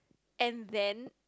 and then